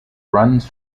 runs